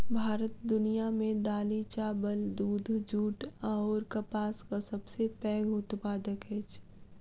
भारत दुनिया मे दालि, चाबल, दूध, जूट अऔर कपासक सबसे पैघ उत्पादक अछि